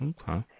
Okay